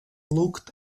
looked